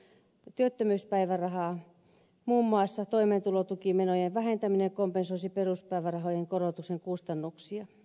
muun muassa toimeentulotukimenojen vähentäminen kompensoisi peruspäi värahojen korotuksen kustannuksia